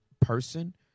person